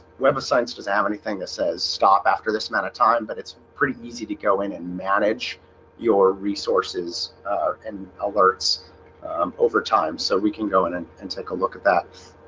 web of science does have anything that says stop after this amount of time? but it's pretty easy to go in and manage your resources and alerts um over time so we can go in in and take a look at that